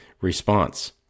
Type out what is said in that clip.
response